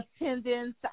attendance